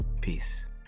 peace